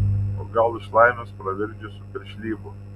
o gal iš laimės pravirkdžiusių piršlybų